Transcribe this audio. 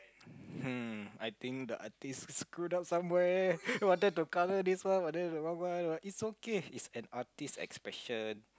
hmm I think the aunties screw up somewhere wanted to colour this one but then the wrong one it's okay it's an artist expression